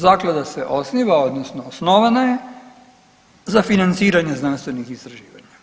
Zaklada se osniva, odnosno osnovana je za financiranje znanstvenih istraživanja.